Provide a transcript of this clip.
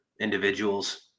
individuals